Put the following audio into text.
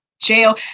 jail